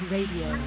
Radio